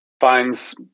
finds